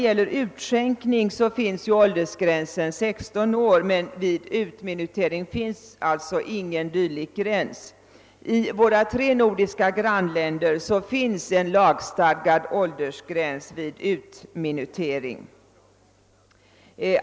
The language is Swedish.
För utskänkning finns åldersgränsen 16 år, men vid utminutering finns ingen dylik gräns. I våra tre nordiska grannländer finns en lagstadgad åldersgräns vid utminutering.